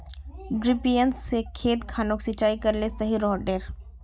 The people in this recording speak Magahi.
डिरिपयंऋ से खेत खानोक सिंचाई करले सही रोडेर?